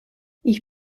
ich